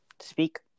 Speak